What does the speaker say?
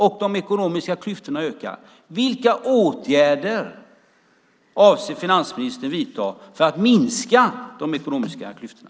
Och de ekonomiska klyftorna ökar. Vilka åtgärder avser finansministern att vidta för att minska de ekonomiska klyftorna?